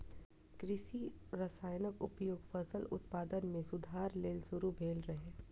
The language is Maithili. कृषि रसायनक उपयोग फसल उत्पादन मे सुधार लेल शुरू भेल रहै